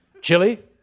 Chili